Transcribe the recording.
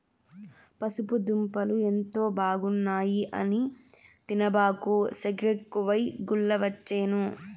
పసుపు దుంపలు ఎంతో బాగున్నాయి అని తినబాకు, సెగెక్కువై గుల్లవచ్చేను